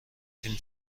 فیلم